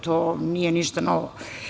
To nije ništa novo.